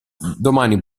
domani